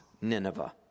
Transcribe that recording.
Nineveh